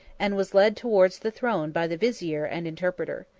and was led towards the throne by the vizier and interpreter.